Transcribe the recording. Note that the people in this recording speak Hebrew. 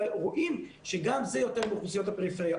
רואים שזה יותר באוכלוסיות הפריפריה,